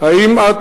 האם את